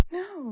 no